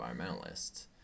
environmentalists